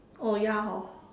oh ya hor